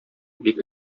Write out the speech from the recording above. бик